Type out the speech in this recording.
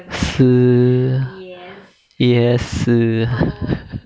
是 yes